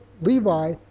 Levi